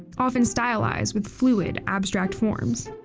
often stylized with fluid, abstract forms.